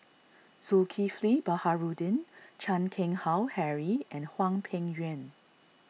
Zulkifli Baharudin Chan Keng Howe Harry and Hwang Peng Yuan